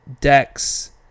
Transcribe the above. decks